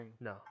No